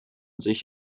sich